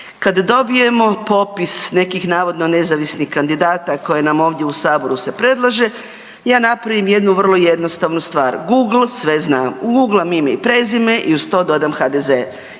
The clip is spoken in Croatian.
kada dobijemo popis nekih navodno nezavisnih kandidata koje nam ovdje u saboru se predlaže, ja napravim jednu vrlo jednostavnu stvar, Google sve zna. Uguglam ime i prezime i uz to dodam HDZ